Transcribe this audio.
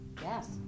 Yes